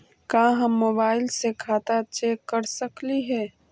का हम मोबाईल से खाता चेक कर सकली हे?